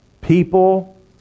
People